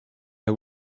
her